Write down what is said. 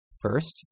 First